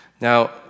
Now